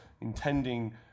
intending